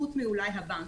חוץ אולי מלבנק.